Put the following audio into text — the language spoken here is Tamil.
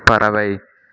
பறவை